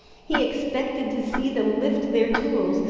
he expected to see them lift their tools,